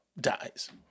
dies